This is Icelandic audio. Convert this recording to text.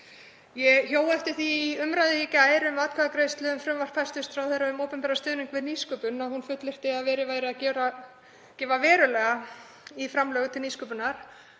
Ég hjó eftir því í umræðu í gær, í atkvæðagreiðslu um frumvarp hæstv. ráðherra um opinberan stuðning við nýsköpun, að hún fullyrti að verið væri að gefa verulega í í framlögum til nýsköpunar.